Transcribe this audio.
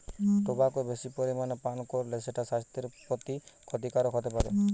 tobacco বেশি পরিমাণে পান কোরলে সেটা সাস্থের প্রতি ক্ষতিকারক হোতে পারে